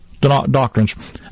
doctrines